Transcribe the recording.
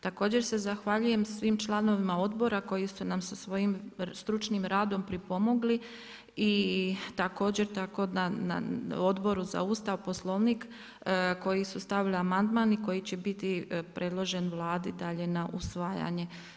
Također se zahvaljujem svim članovima odbora koji su nam sa svojim stručnim radom pripomogli i također tako da, Odboru za Ustav, Poslovnik, koji su stavili amandman i koji će biti predložen Vladi dalje na usvajanje.